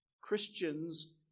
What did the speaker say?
Christians